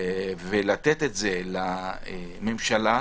ולתת את זה לממשלה.